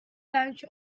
lounge